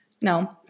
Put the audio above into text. No